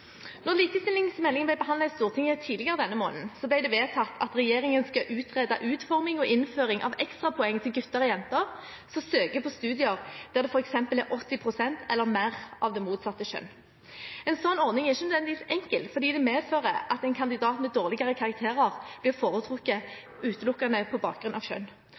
likestillingsmeldingen ble behandlet i Stortinget tidligere denne måneden, ble det vedtatt at regjeringen skal utrede utforming og innføring av ekstrapoeng til gutter og jenter som søker på studier der det f.eks. er 80 pst. eller mer av det motsatte kjønn. En slik ordning er ikke nødvendigvis enkel, for den medfører at en kandidat med dårligere karakterer blir foretrukket utelukkende på bakgrunn av